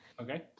Okay